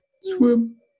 Swim